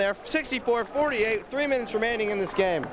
for sixty four forty eight three minutes remaining in this game